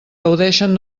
gaudeixen